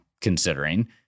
considering